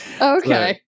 Okay